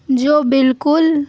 جو بالکل